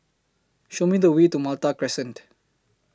Show Me The Way to Malta Crescent